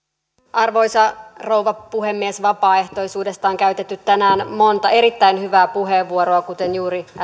arvoisa rouva puhemies vapaaehtoisuudesta on käytetty tänään monta erittäin hyvää puheenvuoroa kuten juuri äsken